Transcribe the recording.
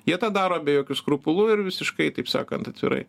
jie tą daro be jokių skrupulų ir visiškai taip sakant atvirai